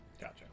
Gotcha